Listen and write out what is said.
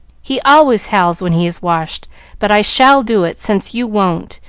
he always howls when he is washed but i shall do it, since you won't,